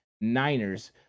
niners